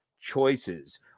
choices